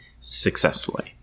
successfully